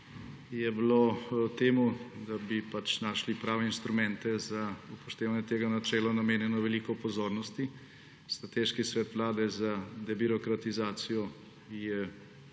je bilo temu, da bi našli prave instrumente za upoštevanje tega načela, namenjeno veliko pozornosti. Strateški svet vlade za debirokratizacijo je